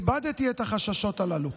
ועיבדתי את החששות הללו.